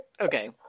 okay